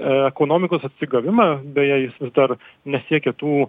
ekonomikos atsigavimą beje jis vis dar nesiekia tų